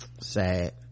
sad